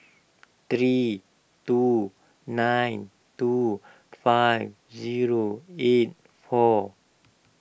three two nine two five zero eight four